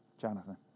Jonathan